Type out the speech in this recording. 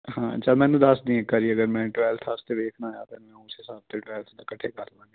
ਹਾਂ ਚੱਲ ਮੈਨੂੰ ਦੱਸ ਦਈਂ ਇੱਕ ਵਾਰੀ ਅਗਰ ਮੈਂ ਟ੍ਰੈਲ ਵਾਸਤੇ ਵੇਖਣਾ ਆ ਤੈਨੂੰ ਉਸੇ ਹਿਸਾਬ 'ਤੇ ਟ੍ਰੈਲ ਇਕੱਠੇ ਕਰਲਾਂਗੇ